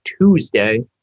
Tuesday